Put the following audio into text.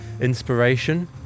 inspiration